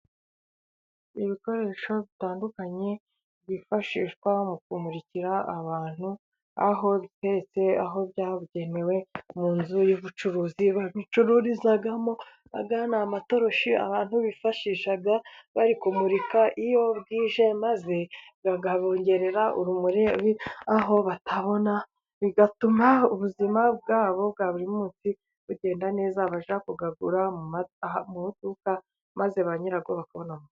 Ibikoresho bitandukanye byifashishwa mu kumurikira abantu, aho biteretse aho byabugenewe mu nzu y'ubucuruzi babicururizamo, aya ni amatoroshi abantu bifashisha bari kumurika iyo bwije maze akabongerera urumuri aho batabona, bigatuma ubuzima bwabo bwa buri munsi bugenda neza. Bajya kuyagura mu maduka, maze ba nyirayo bakabona.....